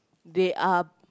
they are